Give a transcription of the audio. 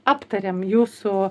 aptarėm jūsų